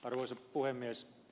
arvoisa puhemies